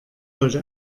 wollte